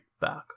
back